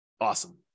Awesome